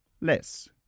less